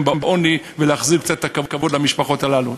בעוני ולהחזיר קצת את הכבוד למשפחות הללו.